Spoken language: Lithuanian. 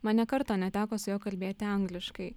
man nė karto neteko su juo kalbėti angliškai